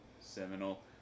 seminal